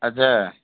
اچھا